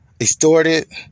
extorted